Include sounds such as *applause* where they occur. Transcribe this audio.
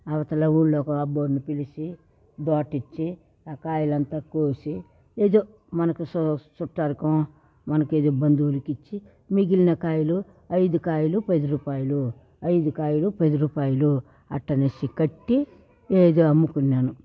అవతల ఊర్లో ఒక అబోన్ని పిలిచి బాటిచ్చి ఆ కాయలంత కోసి ఏదో మనకు సు సుట్టాలకు మనకి *unintelligible* బంధువులకిచ్చి మిగిల్న కాయలు ఐదు కాయలు పది రూపాయలు ఐదు కాయలు పది రూపాయలు అట్టా అనేసి కట్టి ఏదో అమ్ముకున్నాను